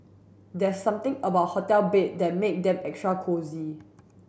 there's something about hotel bed that make them extra cosy